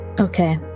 Okay